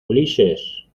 ulises